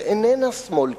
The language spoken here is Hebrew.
שאיננה שמאל קיצוני,